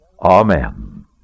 Amen